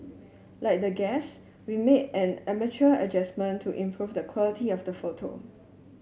like the guests we made an amateur adjustment to improve the quality of the photo